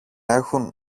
έχουν